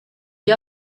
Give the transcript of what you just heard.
ġie